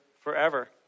forever